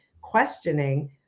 questioning